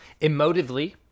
Emotively